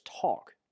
talk